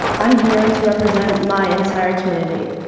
i'm here to represent my entire community.